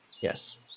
yes